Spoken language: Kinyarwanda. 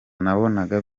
nabonaga